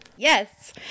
Yes